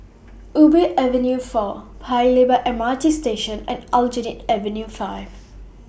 Ubi Avenue four Paya Lebar M R T Station and Aljunied Avenue five